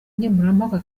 nkemurampaka